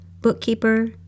bookkeeper